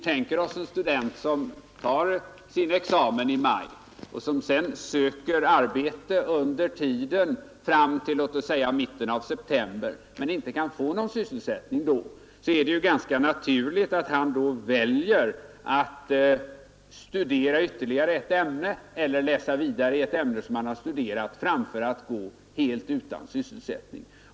För en student som tar sin examen i maj och som söker arbete fram till mitten av september men inte under den tiden lyckas få någon sysselsättning är det ganska naturligt att välja att studera ytterligare ett ämne eller läsa vidare i ett ämne som han studerat framför att gå helt utan sysselsättning.